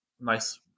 Nice